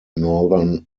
northern